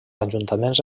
ajuntaments